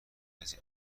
کسی